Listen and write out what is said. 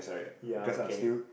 ya okay